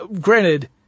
granted